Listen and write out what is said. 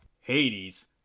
Hades